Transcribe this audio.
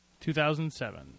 2007